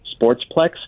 Sportsplex